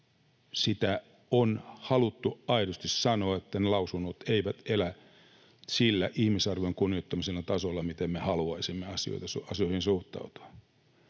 ja on haluttu aidosti sanoa, että ne lausunnot eivät elä sillä ihmisarvon kunnioittamisen tasolla kuin miten me haluaisimme asioihin suhtautua.